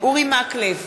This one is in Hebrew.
אורי מקלב,